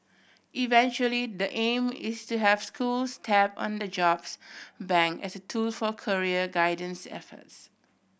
eventually the aim is to have schools tap on the jobs bank as a tool for career guidance efforts